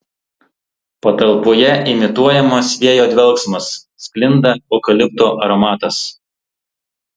patalpoje imituojamas vėjo dvelksmas sklinda eukalipto aromatas